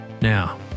Now